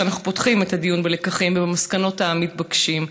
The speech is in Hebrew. כשאנחנו פותחים את הדיון בלקחים ובמסקנות המתבקשים,